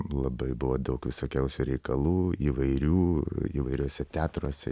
labai buvo daug visokiausių reikalų įvairių įvairiuose teatruose